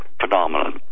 phenomenon